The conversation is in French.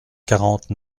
quarante